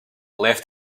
left